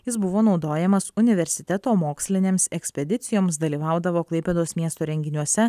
jis buvo naudojamas universiteto mokslinėms ekspedicijoms dalyvaudavo klaipėdos miesto renginiuose